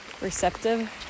Receptive